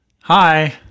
Hi